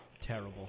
Terrible